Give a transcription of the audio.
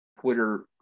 Twitter